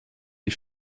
des